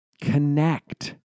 connect